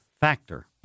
factor